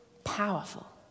Powerful